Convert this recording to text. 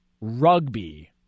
rugby